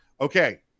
okay